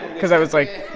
because i was like,